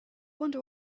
wonder